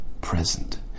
present